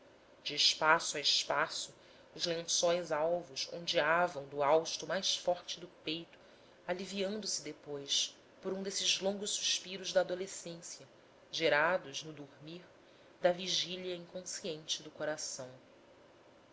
de espaço a espaço os lençóis alvos ondeavam do hausto mais forte do peito aliviando se depois por um desses longos suspiros da adolescência gerados no dormir da vigília inconsciente do coração